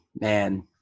man